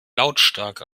lautstark